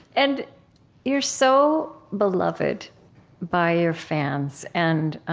and you're so beloved by your fans and